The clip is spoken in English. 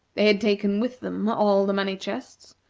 they had taken with them all the money-chests,